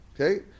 Okay